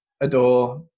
adore